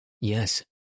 Yes